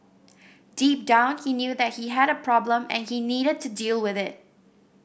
deep down he knew that he had a problem and he needed to deal with it